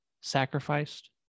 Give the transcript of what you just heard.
sacrificed